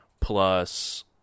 plus